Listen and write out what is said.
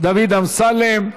דוד אמסלם.